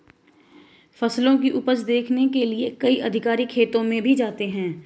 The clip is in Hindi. फसलों की उपज देखने के लिए कई अधिकारी खेतों में भी जाते हैं